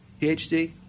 PhD